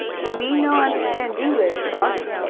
me no understand english, boss.